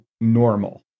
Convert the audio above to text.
normal